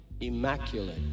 immaculate